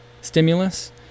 stimulus